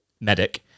medic